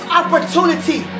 opportunity